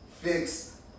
fix